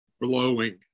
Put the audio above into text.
blowing